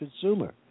consumer